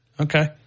Okay